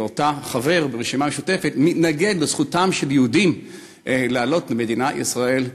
ואותו חבר ברשימה המשותפת מתנגד לזכותם של יהודים לעלות למדינת ישראל,